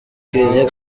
kiliziya